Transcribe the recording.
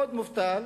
עוד מובטל,